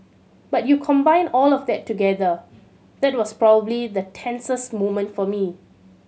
but you combine all of that together that was probably the tensest moment for me